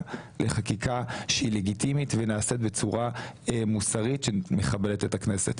לחקיקה שהיא לגיטימית ונעשית בצורה מוסרית שמכבדת את הכנסת.